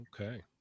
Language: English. okay